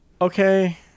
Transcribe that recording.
Okay